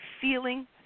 feeling